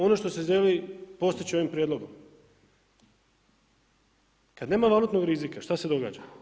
Ono što se želi postići ovim prijedlogom, kada nema valutnog rizika šta se događa?